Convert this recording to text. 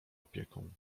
opieką